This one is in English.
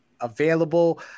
available